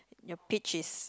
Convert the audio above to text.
your peach is